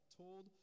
told